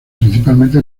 principalmente